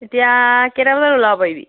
এতিয়া কেইটা বজাত ওলাব পাৰিবি